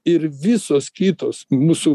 ir visos kitos mūsų